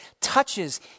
touches